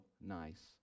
nice